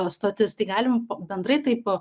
stotis tai galima bendrai taip